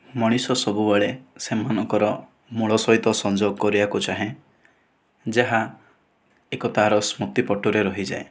ମଣିଷ ସବୁବେଳେ ସେମାନଙ୍କର ମୂଳ ସହିତ ସଂଯୋଗ କରିବାକୁ ଚାହେଁ ଯାହା ଏକ ତା'ର ସ୍ମୃତିପଟରେ ରହିଯାଏ